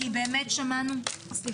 כי באמת שמענו, סליחה?